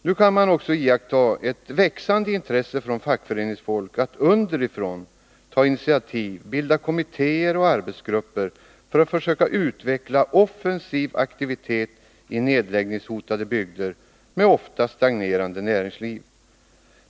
Nu kan man också iaktta ett växande intresse från fackföreningsfolk att underifrån ta initiativ, bilda kommittéer och arbetsgrupper för att söka utveckla offensiv aktivitet i nedläggningshotade bygder med ofta stagnerande näringsliv.